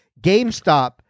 GameStop